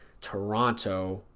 toronto